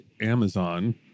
Amazon